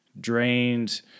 drained